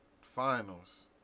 finals